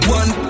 one